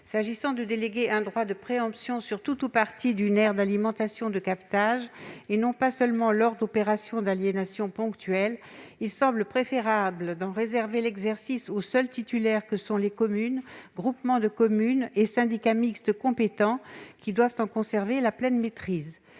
S'agissant de déléguer un droit de préemption sur tout ou partie d'une aire d'alimentation de captages et non pas seulement lors d'opérations ponctuelles d'aliénation, il semble préférable d'en réserver l'exercice aux seuls titulaires que sont les communes, groupements de communes et syndicats mixtes compétents, qui doivent en conserver la pleine maîtrise.